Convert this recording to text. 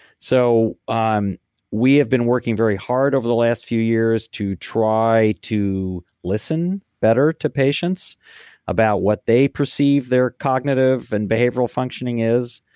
so um we have been working very hard over the last few years to try to listen better to patients about what they perceive their cognitive and behavioral functioning is.